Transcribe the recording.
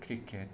cricket